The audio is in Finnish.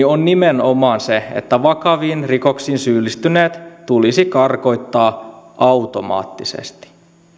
on nimenomaan se että vakaviin rikoksiin syyllistyneet tulisi karkottaa automaattisesti